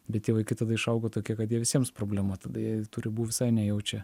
bet jau iki tada išauga tokie kad jie visiems problema tada tų ribų visai nejaučia